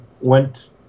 went